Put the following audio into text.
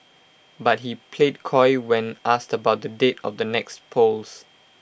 but he played coy when asked about the date of the next polls